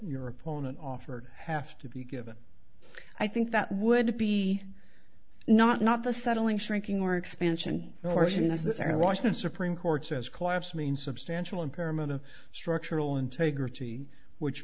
your opponent offered have to be given i think that would be not not the settling shrinking or expansion question as this and washington supreme court says collapse mean substantial impairment of structural integrity which